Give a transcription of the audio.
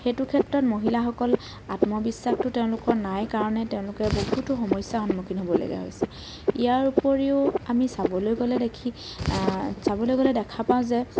সেইটো ক্ষেত্ৰত মহিলাসকলৰ আত্মবিশ্বাসটো তেওঁলোকৰ নাই কাৰণে তেওঁলোকে বহুতো সমস্যাৰ সন্মুখীন হ'বলগীয়া হৈছে ইয়াৰ উপৰিও আমি চাবলৈ গ'লে দেখি চাবলৈ গ'লে দেখা পাওঁ যে